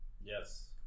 Yes